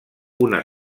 una